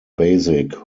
basic